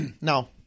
Now